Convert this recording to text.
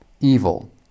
evil